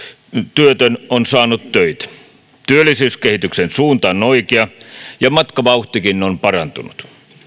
työtön on saanut töitä työllisyyskehityksen suunta on oikea ja matkavauhtikin on parantunut